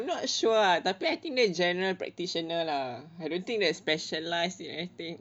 I'm not sure tapi I think dia general practitioner lah I don't think that specialize in anything